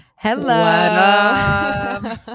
Hello